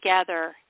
together